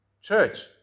church